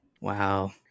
Wow